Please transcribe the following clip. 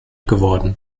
geworden